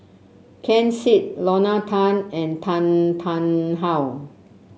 Ken Seet Lorna Tan and Tan Tarn How